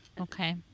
Okay